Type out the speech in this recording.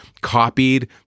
copied